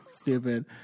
stupid